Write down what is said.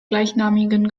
gleichnamigen